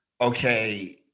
okay